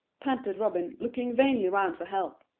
panted robin, looking vainly round for help.